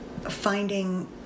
finding